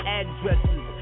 addresses